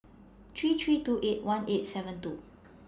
three three two eight one eight seven two